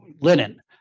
linen